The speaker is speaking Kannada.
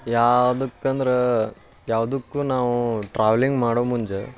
ಯಾವ್ದಕ್ಕಂದ್ರೆ ಯಾವ್ದಕ್ಕೂ ನಾವು ಟ್ರಾವೆಲಿಂಗ್ ಮಾಡೋ ಮುಂಜ